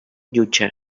jutge